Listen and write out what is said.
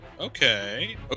Okay